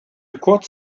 kurz